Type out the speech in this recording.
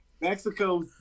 Mexico